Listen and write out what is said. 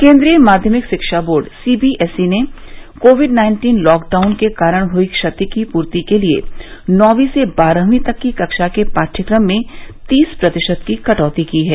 केंद्रीय माध्यमिक शिक्षा बोर्ड सीबीएसई ने कोविड नाइन्टीन लॉकडाउन के कारण हुई क्षति की पूर्ति के लिए नौवीं से बारहवीं तक की कक्षा के पाठ्यक्रम में तीस प्रतिशत तक की कटौती की है